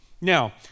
now